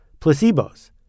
Placebos